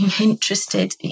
interested